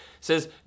says